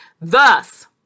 Thus